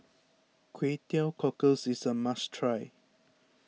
Kway Teow Cockles is a must try